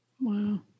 Wow